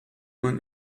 man